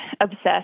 obsessed